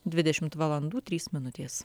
dvidešimt valandų trys minutės